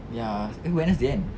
ya think wednesday kan